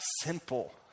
simple